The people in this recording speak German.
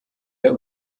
der